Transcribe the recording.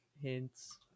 hints